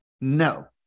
No